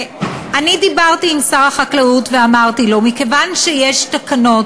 דיברתי עם שר החקלאות ואמרתי לו: מכיוון שיש תקנות,